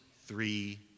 three